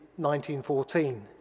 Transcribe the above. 1914